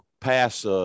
pass